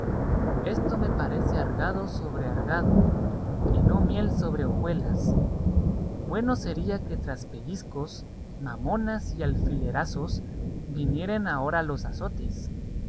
esto me parece argado sobre argado y no miel sobre hojuelas bueno sería que tras pellizcos mamonas y alfilerazos viniesen ahora los azotes